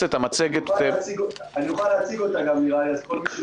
אני עובר לשקף תחזיות המקרו אני לא אעבור על כולו,